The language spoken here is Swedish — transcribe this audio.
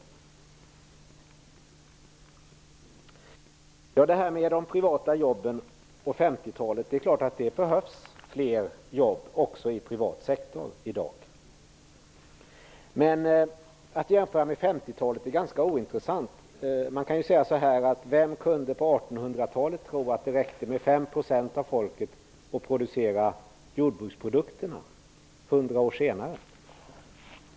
Anne Wibble talade om de privata jobben på 50 talet. Det är klart att det behövs fler jobb också i privat sektor i dag, men att jämföra med 50-talet är ganska ointressant. Man kan ju fråga sig: Vem kunde på 1800-talet tro att det skulle räcka med att 5 % av befolkningen skulle producera jordbruksprodukterna 100 år senare?